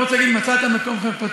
אני לא רוצה להגיד "מצאת מקום חרפתי",